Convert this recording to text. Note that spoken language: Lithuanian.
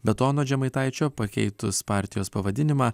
be to anot žemaitaičio pakeitus partijos pavadinimą